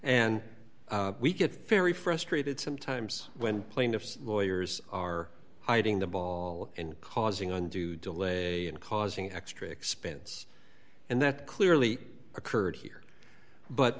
and we get very frustrated sometimes when plaintiff's lawyers are hiding the ball and causing undue delay and causing extra expense and that clearly occurred here but